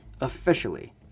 officially